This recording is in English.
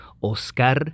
Oscar